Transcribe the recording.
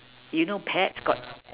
you know pets got